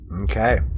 Okay